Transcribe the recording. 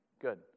Good